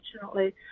unfortunately